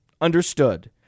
understood